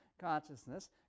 consciousness